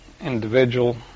individual